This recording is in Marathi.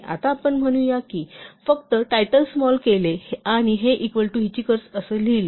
आता आपण म्हणूया की फक्त टायटल स्मॉल केले आणि हे इक्वल टू हिचिकर्स असे म्हटले